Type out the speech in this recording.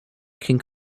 can